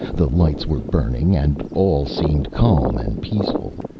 the lights were burning, and all seemed calm and peaceful.